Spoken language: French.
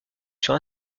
sur